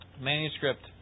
manuscript